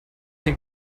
ein